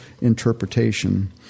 interpretation